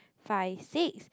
five six